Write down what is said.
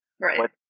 Right